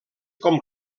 com